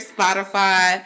Spotify